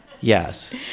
Yes